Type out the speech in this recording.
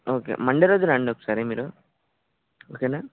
okay Monday రోజు రండి ఒకసారి మీరు ఓకేనా